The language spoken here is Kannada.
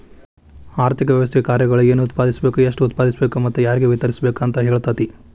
ಆರ್ಥಿಕ ವ್ಯವಸ್ಥೆ ಕಾರ್ಯಗಳು ಏನ್ ಉತ್ಪಾದಿಸ್ಬೇಕ್ ಎಷ್ಟು ಉತ್ಪಾದಿಸ್ಬೇಕು ಮತ್ತ ಯಾರ್ಗೆ ವಿತರಿಸ್ಬೇಕ್ ಅಂತ್ ಹೇಳ್ತತಿ